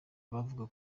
bavuga